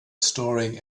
storing